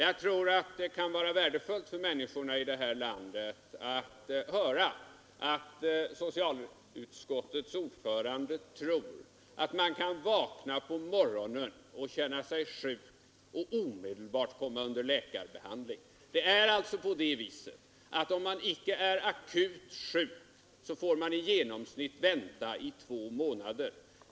Jag tror att det kan vara värdefullt för människorna här i landet att höra att socialutskottets ordförande tror att man kan vakna på morgonen och känna sig sjuk och omedelbart komma under läkarbehandling. Det är på det viset, att om man icke är akut sjuk, så får man vänta i genomsnitt två månader.